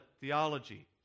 theology